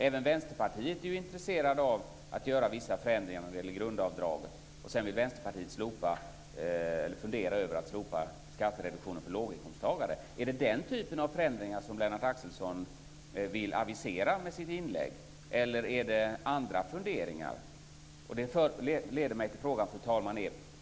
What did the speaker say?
Även Vänsterpartiet är intresserat av att göra vissa förändringar när det gäller grundavdraget. Sedan vill Vänsterpartiet fundera över att slopa skattereduktionen för låginkomsttagare. Är det den typen av förändringar som Lennart Axelsson vill avisera med sitt inlägg, eller är det andra funderingar?